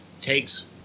takes